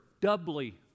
doubly